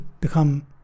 become